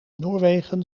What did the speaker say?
noorwegen